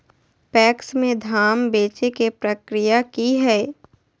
PACS में धाम बेचे के प्रक्रिया की हय?